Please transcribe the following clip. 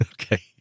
okay